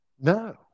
No